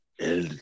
El